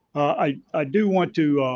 i i do want to